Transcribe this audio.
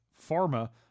pharma